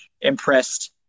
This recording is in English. impressed